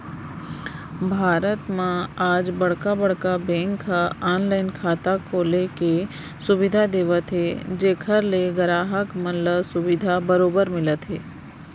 भारत म आज बड़का बड़का बेंक ह ऑनलाइन खाता खोले के सुबिधा देवत हे जेखर ले गराहक मन ल सुबिधा बरोबर मिलत हे